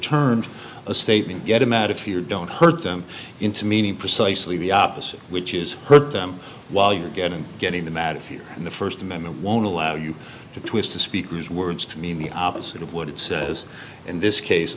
turned a statement get him out of here don't hurt them into meaning precisely the opposite which is hurt them while you're getting getting the mad here and the first amendment won't allow you to twist the speaker's words to mean the opposite of what it says in this case